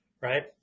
right